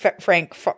Frank